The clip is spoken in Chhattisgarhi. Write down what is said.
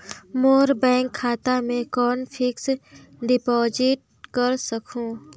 मोर बैंक खाता मे कौन फिक्स्ड डिपॉजिट कर सकहुं?